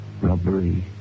Robbery